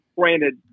granted